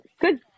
Good